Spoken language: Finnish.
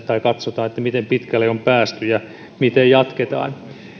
katsotaan miten pitkälle on päästy ja miten jatketaan